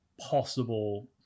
possible